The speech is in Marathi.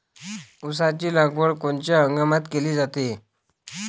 ऊसाची लागवड कोनच्या हंगामात केली जाते?